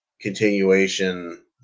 continuation